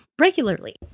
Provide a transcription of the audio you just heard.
regularly